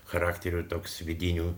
charakteriu toks vidinių